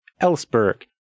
Ellsberg